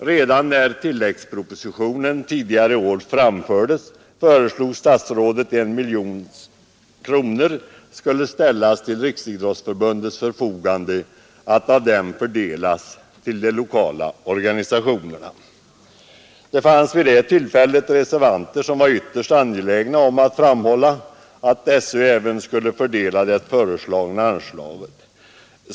Redan när tilläggspropositionen tidigare i år avlämnades föreslog statsrådet att 1 miljon kronor skulle ställas till Riksidrottsförbundets förfogande för att av förbundet fördelas till de lokala organisationerna. Det fanns vid det tillfället reservanter som var ytterst angelägna om att framhålla att SÖ även skulle fördela det föreslagna anslaget.